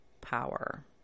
power